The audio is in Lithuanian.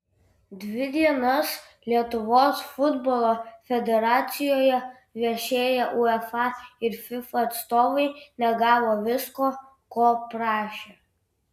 dvi dienas lietuvos futbolo federacijoje viešėję uefa ir fifa atstovai negavo visko ko prašė